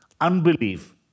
unbelief